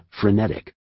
frenetic